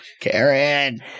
Karen